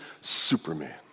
Superman